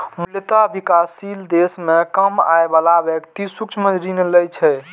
मूलतः विकासशील देश मे कम आय बला व्यक्ति सूक्ष्म ऋण लै छै